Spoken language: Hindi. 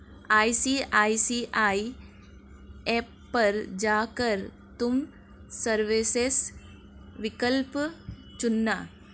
आई.सी.आई.सी.आई ऐप पर जा कर तुम सर्विसेस विकल्प चुनना